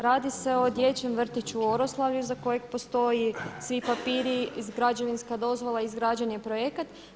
Radi se o Dječjem vrtiću u Oroslavlju za kojeg postoji svi papiri i građevinska dozvola izgrađen je projekat.